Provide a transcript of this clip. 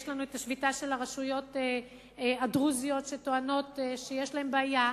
יש לנו שביתה של הרשויות הדרוזיות שטוענות שיש להן בעיה,